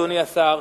אדוני השר,